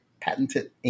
patented